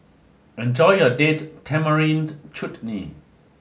enjoy your Date Tamarind Chutney